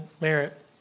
merit